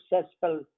successful